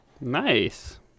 Nice